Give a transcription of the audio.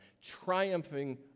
triumphing